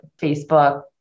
Facebook